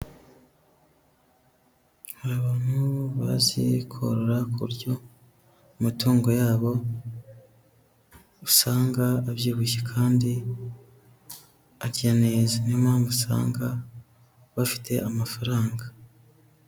Abantu bazi korora ku buryo amatungo yabo usanga abyibushye kandi arya neza, ni yo mpamvu usanga bafite amafaranga.